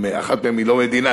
אחת מהן היא לא מדינה,